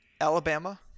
Alabama